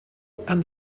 and